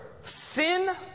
sin